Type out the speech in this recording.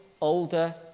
older